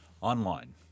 online